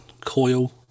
coil